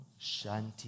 Shanti